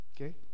okay